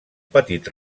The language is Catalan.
petit